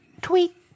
tweet